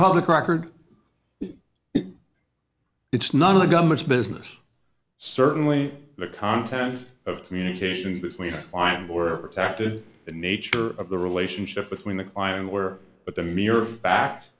public record it's none of the government's business certainly the content of communication between fine or acted the nature of the relationship between the i am aware but the mere fact